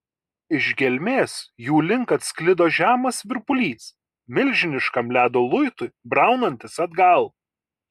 iš gelmės jų link atsklido žemas virpulys milžiniškam ledo luitui braunantis atgal